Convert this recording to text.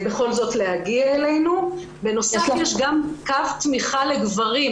קו תמיכה לגברים